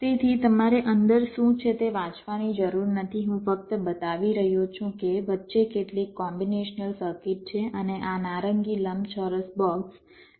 તેથી તમારે અંદર શું છે તે વાંચવાની જરૂર નથી હું ફક્ત બતાવી રહ્યો છું કે વચ્ચે કેટલીક કોમ્બીનેશનલ સર્કિટ છે અને આ નારંગી લંબચોરસ બોક્સ રજિસ્ટર છે